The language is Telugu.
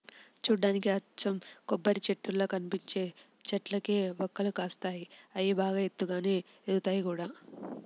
చూడ్డానికి అచ్చం కొబ్బరిచెట్టుల్లా కనిపించే చెట్లకే వక్కలు కాస్తాయి, అయ్యి బాగా ఎత్తుగానే ఎదుగుతయ్ గూడా